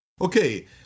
Okay